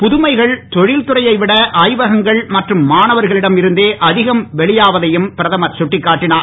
புதுமைகள் தொழில்துறையை விட ஆய்வகங்கள் மற்றும் மாணவர்களிடம் இருந்தே அதிகம் வெளியாவதையும் பிரதமர் கட்டிக்காட்டினார்